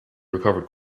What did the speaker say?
recovered